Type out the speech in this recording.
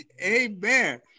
Amen